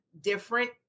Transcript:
different